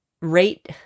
rate